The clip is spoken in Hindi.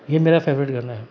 ये मेरा फेवरेट गाना है